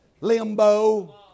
Limbo